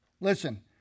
Listen